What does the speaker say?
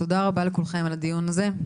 תודה רבה לכולכם על הדיון הזה.